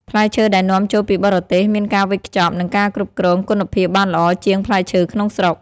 ផ្លែឈើដែលនាំចូលពីបរទេសមានការវេចខ្ចប់ និងការគ្រប់គ្រងគុណភាពបានល្អជាងផ្លែឈើក្នុងស្រុក។